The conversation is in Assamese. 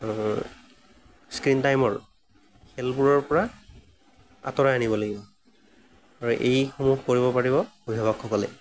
স্ক্ৰিন টাইমৰ খেলবোৰৰ পৰা আতঁৰাই আনিব লাগিব আৰু এইসমূহ কৰিব পাৰিব অভিভাৱকসকলে